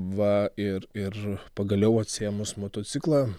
va ir ir pagaliau atsiėmus motociklą